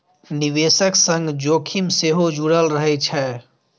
निवेशक संग जोखिम सेहो जुड़ल रहै छै